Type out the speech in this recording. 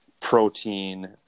protein